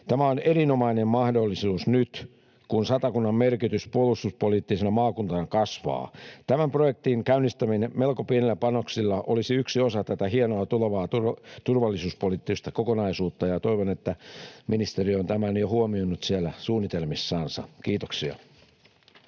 Tämä on erinomainen mahdollisuus nyt, kun Satakunnan merkitys puolustuspoliittisena maakuntana kasvaa. Tämän projektin käynnistäminen melko pienillä panoksilla olisi yksi osa tätä hienoa tulevaa turvallisuuspoliittista kokonaisuutta, ja toivon, että ministeri on tämän jo huomioinut siellä suunnitelmissansa. — Kiitoksia.